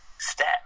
step